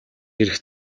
ирэх